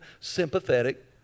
sympathetic